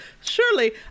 surely